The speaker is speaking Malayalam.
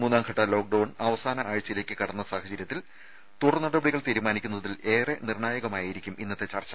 മൂന്നാംഘട്ട ലോക്ഡൌൺ അവസാന ആഴ്ച്ചയിലേക്ക് കടന്ന സാഹചര്യത്തിൽ തുടർ നടപടികൾ തീരുമാനിക്കുന്നതിൽ ഏറെ നിർണ്ണായകമായിരിക്കും ഇന്നത്തെ ചർച്ച